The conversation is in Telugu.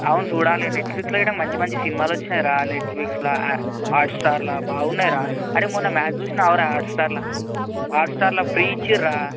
అవును చూడాలి నెట్ఫ్లిక్స్లో గిట్ల మంచి మంచి సినిమాలు వచ్చినాయి రా నెట్ఫ్లిక్స్లో హాట్స్టార్లో బాగున్నాయి రా అరే మొన్న మ్యాచ్ చూసినావు రా హాట్స్టార్లో హాట్స్టార్లో ఫ్రీ ఇచ్చిర్రు రా